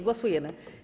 Głosujemy.